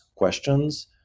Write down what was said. questions